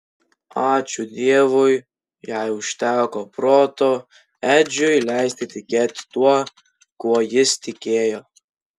ačiū dievui jai užteko proto edžiui leisti tikėti tuo kuo jis tikėjo